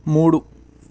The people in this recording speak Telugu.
మూడు